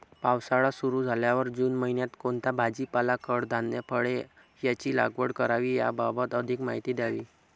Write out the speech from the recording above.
पावसाळा सुरु झाल्यावर जून महिन्यात कोणता भाजीपाला, कडधान्य, फळे यांची लागवड करावी याबाबत अधिक माहिती द्यावी?